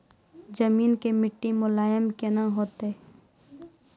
जमीन के मिट्टी मुलायम केना होतै?